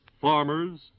farmers